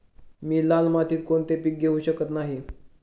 मी लाल मातीत कोणते पीक घेवू शकत नाही?